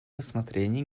рассмотрении